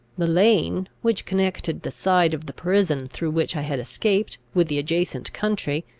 the lane, which connected the side of the prison through which i had escaped with the adjacent country,